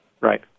Right